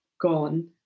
gone